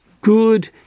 good